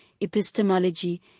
epistemology